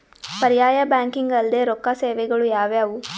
ಪರ್ಯಾಯ ಬ್ಯಾಂಕಿಂಗ್ ಅಲ್ದೇ ರೊಕ್ಕ ಸೇವೆಗಳು ಯಾವ್ಯಾವು?